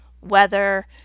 weather